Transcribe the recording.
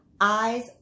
Eyes